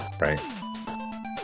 Right